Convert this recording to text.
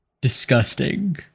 Disgusting